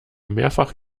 mehrfach